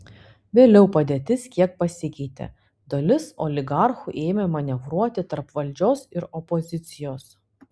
vėliau padėtis kiek pasikeitė dalis oligarchų ėmė manevruoti tarp valdžios ir opozicijos